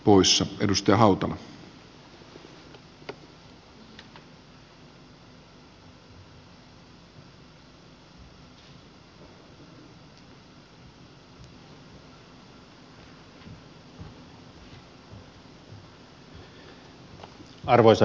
arvoisa herra puhemies